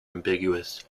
ambiguous